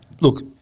Look